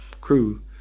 crew